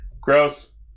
Gross